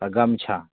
गमछा